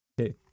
Okay